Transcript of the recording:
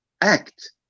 act